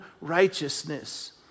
righteousness